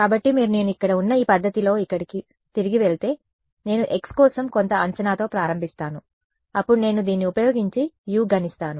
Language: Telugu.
కాబట్టి మీరు నేను ఇక్కడ ఉన్న ఈ పద్ధతిలో ఇక్కడకు తిరిగి వెళితే నేను x కోసం కొంత అంచనాతో ప్రారంభిస్తాను అప్పుడు నేను దీన్ని ఉపయోగించి u గణిస్తాను